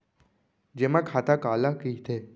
जेमा खाता काला कहिथे?